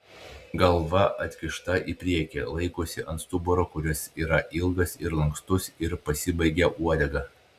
galva atkišta į priekį laikosi ant stuburo kuris yra ilgas ir lankstus ir pasibaigia uodega